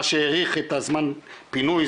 מה שהאריך את זמן הפינוי,